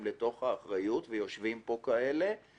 לתוך האחריות שתהיה להם גם סמכות.